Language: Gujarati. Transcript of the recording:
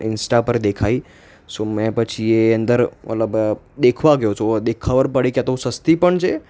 ઇંસ્ટા પર દેખાઈ સો મેં પછી એ અંદર મતલબ દેખવા ગયો તો ખબર પડી આ તો સસ્તી પણ છે